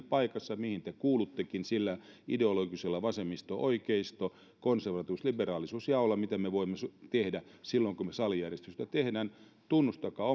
paikassa mihin te kuuluttekin sillä ideologisella vasemmisto oikeisto konservatiivisuus liberaalisuus jaolla mitä me voimme tehdä silloin kun me salijärjestystä teemme tunnustakaa